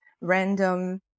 random